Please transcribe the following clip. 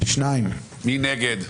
שניים בעד,